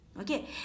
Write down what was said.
Okay